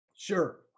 Sure